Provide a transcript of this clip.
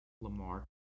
Lamar